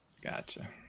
Gotcha